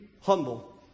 humble